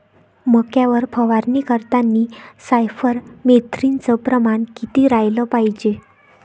मक्यावर फवारनी करतांनी सायफर मेथ्रीनचं प्रमान किती रायलं पायजे?